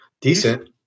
Decent